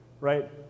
right